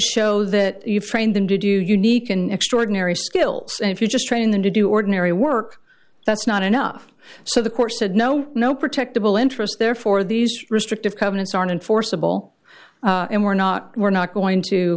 show that you've trained them to do unique an extraordinary skills and if you just train them to do ordinary work that's not enough so the course said no no protectable interest therefore these restrictive covenants aren't enforceable and we're not we're not going to